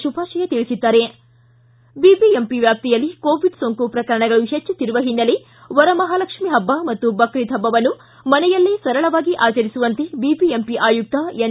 ಶುಭಾಷಯ ಬಿಬಿಎಂಪಿ ವ್ಯಾಪ್ತಿಯಲ್ಲಿ ಕೋವಿಡ್ ಸೋಂಕು ಪ್ರಕರಣಗಳು ಹೆಚ್ಚುತ್ತಿರುವ ಹಿನ್ನೆಲೆ ವರಮಹಾಲಕ್ಷ್ಮೀ ಹಬ್ಬ ಹಾಗೂ ಬಕ್ರೀದ್ ಅನ್ನು ಮನೆಯಲ್ಲೇ ಸರಳವಾಗಿ ಆಚರಿಸುವಂತೆ ಬಿಬಿಎಂಪಿ ಆಯುಕ್ತ ಎನ್